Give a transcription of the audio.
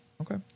Okay